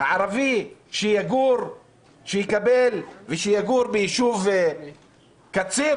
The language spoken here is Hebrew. שערבי יגור ביישוב קציר